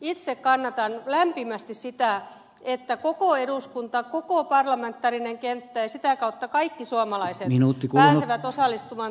itse kannatan lämpimästi sitä että koko eduskunta koko parlamentaarinen kenttä ja sitä kautta kaikki suomalaiset pääsevät osallistumaan turvallisuuspoliittiseen keskusteluun